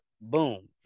boom